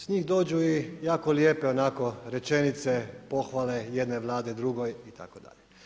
S njih dođu i jako lijepe rečenice pohvale jedne vlade drugoj itd.